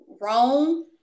wrong